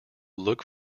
look